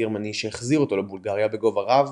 הגרמני שהחזיר אותו לבולגריה בגובה רב